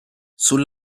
sul